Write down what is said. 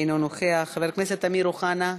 אינו נוכח, חבר הכנסת אמיר אוחנה,